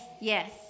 yes